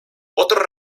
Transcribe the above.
otros